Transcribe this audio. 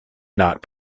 not